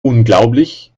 unglaublich